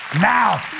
now